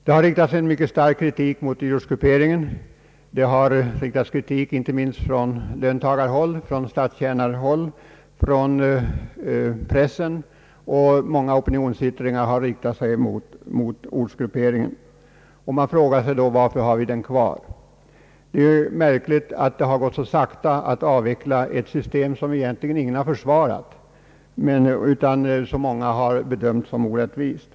Det har riktats en mycket stark kritik mot dyrortsgrupperingen, inte minst från löntagarhåll, från statstjänarhåll och från pressen. I många opinionsyttringar har kritik mot ortsgrupperingen kommit till uttryck. Man frågar sig då, varför vi har detta system kvar. Det är märkligt att det har gått så sakta att avveckla eit system som egentligen ingen har försvarat, utan som många har bedömt som orättvist.